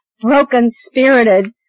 broken-spirited